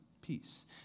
peace